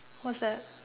what's that